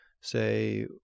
say